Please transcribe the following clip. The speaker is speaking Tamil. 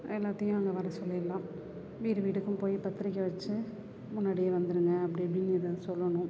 எல்லாத்தையும் அங்கே வர சொல்லிடலாம் வீடு வீடுக்கும் போய் பத்திரிக்கை வச்சு முன்னாடியே வந்துடுங்க அப்படி இப்படின் எதாவது சொல்லணும்